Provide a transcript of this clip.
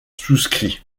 souscrit